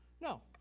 No